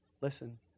Listen